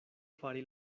fari